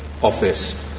Office